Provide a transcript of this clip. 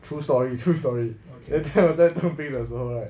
true story true story that time 我在当兵的时候 right